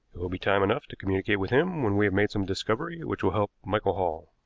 it will be time enough to communicate with him when we have made some discovery which will help michael hall.